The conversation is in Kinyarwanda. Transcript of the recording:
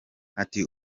ati